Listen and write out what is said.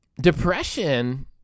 Depression